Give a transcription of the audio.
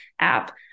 app